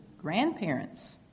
grandparents